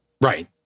Right